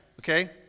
Okay